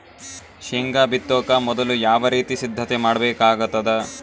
ಶೇಂಗಾ ಬಿತ್ತೊಕ ಮೊದಲು ಯಾವ ರೀತಿ ಸಿದ್ಧತೆ ಮಾಡ್ಬೇಕಾಗತದ?